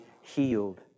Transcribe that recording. healed